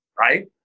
right